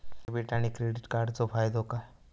Debit आणि credit कार्डचो फायदो काय?